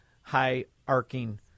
high-arcing